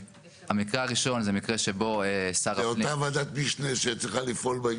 זו אותה ועדת משנה שצריכה לפעול.